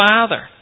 Father